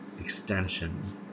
extension